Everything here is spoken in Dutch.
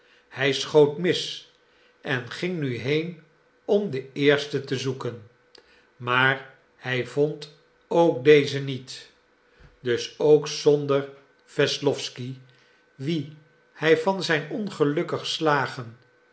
hij schoot mis en ging nu heen om de eerste te zoeken maar hij vond ook deze niet dus ook zonder wesslowsky wien hij van zijn ongelukkig slagen